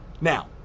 Now